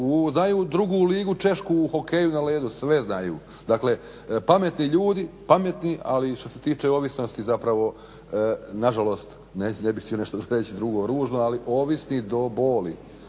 znaju drugu ligu Češku u hokeju na ledu, sve znaju. dakle pametni ljudi ali što se tiče ovisnosti zapravo nažalost, ne bih htio nešto reći drugo ružno ali ovisni do boli.